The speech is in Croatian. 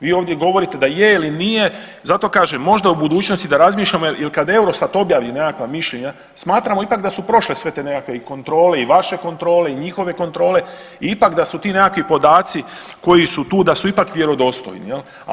Vi ovdje govorite da je ili nije, zato kažem možda u budućnosti da razmišljamo jel kad Eurostat objavi nekakva mišljenja smatramo da su ipak prošle sve te nekakve i kontrole i vaše kontrole i njihove kontrole i ipak da su ti nekakvi podaci koji su tu da su ipak vjerodostojni jel.